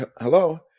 Hello